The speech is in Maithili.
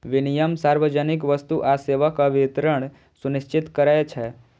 विनियम सार्वजनिक वस्तु आ सेवाक वितरण सुनिश्चित करै छै